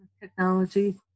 technology